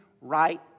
right